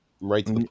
right